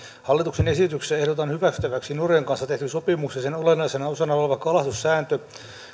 hallituksen esityksessä ehdotetaan hyväksyttäväksi norjan kanssa tehty sopimus ja sen olennaisena osana oleva kalastussääntö